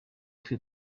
twe